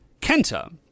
Kenta